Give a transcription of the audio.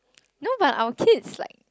no but our kids like